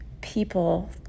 people